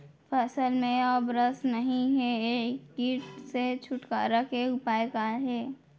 फसल में अब रस नही हे ये किट से छुटकारा के उपाय का हे?